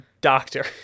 doctor